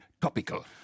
topical